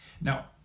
Now